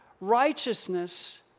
righteousness